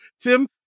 tim